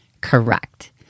correct